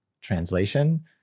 translation